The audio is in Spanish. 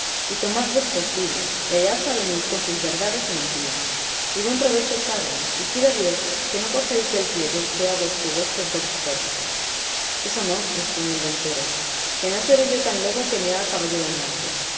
y tomad vuestros libros y allá os avenid con sus verdades o mentiras y buen provecho os hagan y quiera dios que no cojeéis del pie que cojea vuestro huésped don quijote eso no respondió el ventero que no seré yo tan loco que me haga caballero andante